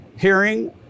hearing